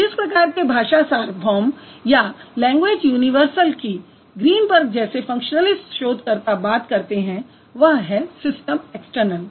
तो जिस प्रकार के भाषा सार्वभौम या लैंग्वेज यूनिवर्सल की ग्रीन्बर्ग जैसे फंक्शनलिस्ट शोधकर्ता बात करते हैं वह है सिस्टम ऐक्सटर्नल